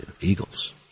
Eagles